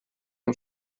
heu